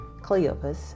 Cleopas